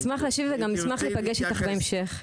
נשמח להשיב, וגם נשמח להיפגש איתך בהמשך.